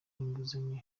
inguzanyo